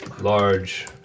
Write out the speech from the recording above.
Large